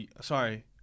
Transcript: sorry